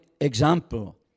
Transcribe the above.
example